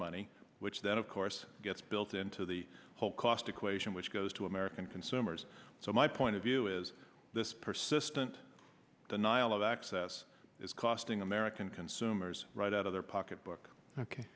money which then of course gets built into the whole cost equation which goes to american consumers so my point of view is this persistent denial of access is costing american consumers right out of their pocketbook ok